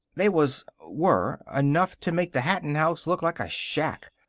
they was were enough to make the hatton house look like a shack.